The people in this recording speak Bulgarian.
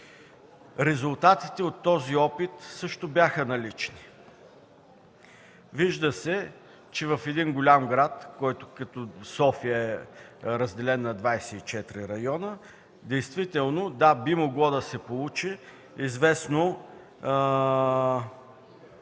Резултатите от този опит също бяха налични. Вижда се, че в един голям град, който като София е разделен на 24 района, действително – да, би могло да се получи известна